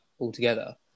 altogether